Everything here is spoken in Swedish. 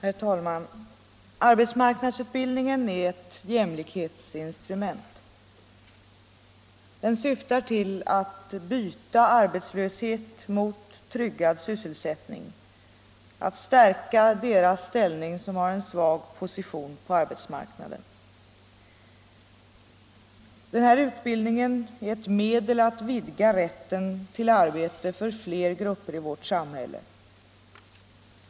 bildningen Herr talman! Arbetsmarknadsutbildningen är ett jämlikhetsinstrument. Den syftar till att byta arbetslöshet mot tryggad sysselsättning, att stärka deras ställning som har svag position på arbetsmarknaden. Den här utbildningen är ett medel att vidga rätten till arbete för fler grupper i vårt samhälle.